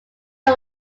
run